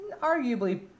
arguably